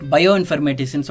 Bioinformatics